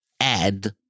add